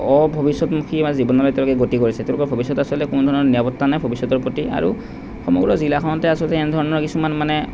অভৱিষ্যতমুখী এটা জীৱনলৈ তেওঁলোকে গতি কৰিছে তেওঁলোকৰ ভৱিষ্যতৰ আচলতে কোনোধৰণৰ নিৰাপত্তা নাই ভৱিষ্যতৰ প্ৰতি আৰু সমগ্ৰ জিলাখনতে আচলতে এনেধৰণৰ কিছুমান মানে